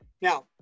now